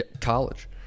college